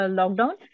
lockdown